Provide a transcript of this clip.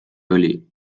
oli